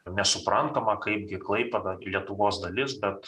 nesuprantama kaipgi klaipėda lietuvos dalis bet